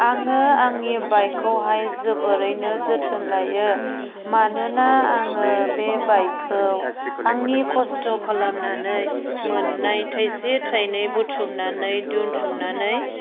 आङो आंनि बाइकखौहाय जोबोरैनो जोथोन लायो मानोना आङो बे बाइकखौ आंनि खस्थ' खालामनानै मोन्नाय थाइसे थाइनै बुखुमनानै दोनथुमनानै